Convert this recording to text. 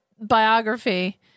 biography